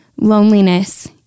Loneliness